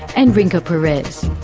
and rinka perez.